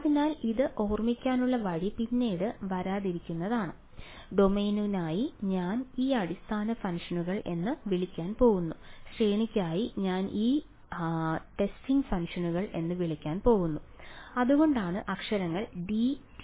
അതിനാൽ ഇത് ഓർമ്മിക്കാനുള്ള വഴി പിന്നീട് വരാനിരിക്കുന്നവയാണ് ഡൊമെയ്നിനായി ഞാൻ ഈ അടിസ്ഥാന ഫംഗ്ഷനുകൾ എന്ന് വിളിക്കാൻ പോകുന്നു ശ്രേണിയ്ക്കായി ഞാൻ ഈ ടെസ്റ്റിംഗ് ഫംഗ്ഷനുകൾ എന്ന് വിളിക്കാൻ പോകുന്നു അതുകൊണ്ടാണ് അക്ഷരങ്ങൾ d t